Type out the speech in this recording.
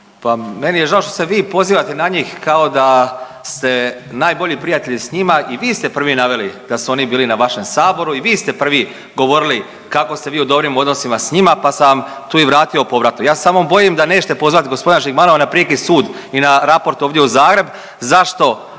Pa meni je žao što se vi pozivate na njih kao da ste najbolji prijatelj s njima. I vi ste prvi naveli da su oni bili na vašem Saboru i vi ste prvi govorili kako ste vi u dobrim odnosima s njima, pa sam i tu vratio povratno. Ja se samo bojim da nećete pozvati gospodina Žigmanova na Prijeki sud i na raport ovdje u Zagreb zašto